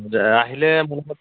আহিলে মোৰ